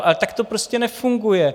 Ale tak to prostě nefunguje.